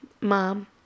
mom